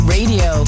Radio